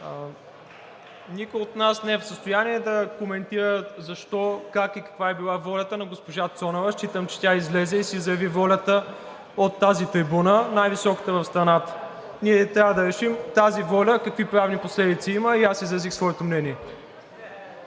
Никой от нас не е в състояние да коментира защо, как и каква е била волята на госпожа Цонева. Считам, че тя излезе и си заяви волята от тази трибуна – най-високата в страната. Ние трябва да решим тази воля какви правни последици има и аз изразих своето мнение.